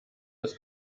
das